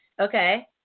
Okay